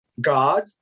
god